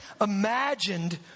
imagined